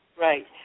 right